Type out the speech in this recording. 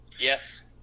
yes